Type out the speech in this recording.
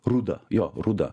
ruda jo ruda